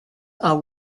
are